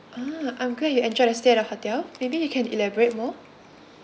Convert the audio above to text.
ah I'm glad you enjoyed the stay at our hotel maybe you can elaborate more